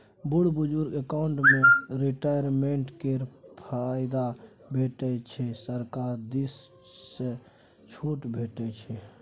बुढ़ बुजुर्ग अकाउंट मे रिटायरमेंट केर फायदा भेटै छै सरकार दिस सँ छुट भेटै छै